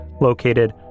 located